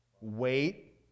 wait